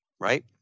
right